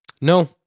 No